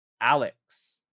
Alex